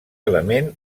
element